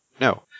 No